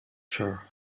her